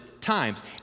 times